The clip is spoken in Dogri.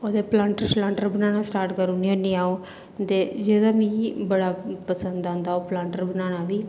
ओह्दे पलाटंर शलाटंर बनना स्टार्ट करी ओड़ना होन्नी जां ओह् जेह्ड़ा मिगी बड़ा पसंद आंदा पलांटर बनाना बी